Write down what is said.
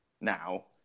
now